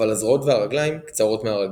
אבל הזרועות והרגליים קצרות מהרגיל.